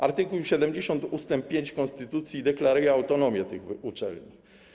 Art. 70 ust. 5 konstytucji deklaruje autonomię tych uczelni.